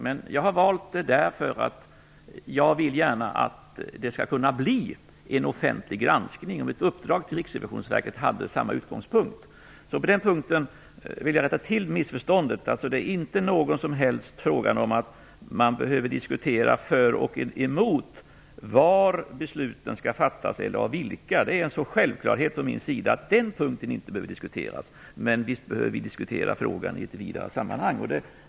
Men jag har valt det därför att jag gärna vill att det skall kunna bli en offentlig granskning, och ett uppdrag till Riksrevisionsverket hade samma utgångspunkt. På den punkten vill jag rätta till missförståndet. Det är inte alls frågan om att man behöver diskutera var besluten skall fattas eller av vilka. Det är en självklarhet från min sida. Den punkten behöver inte diskuteras. Men visst behöver vi diskutera frågan i ett vidare sammanhang.